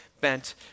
bent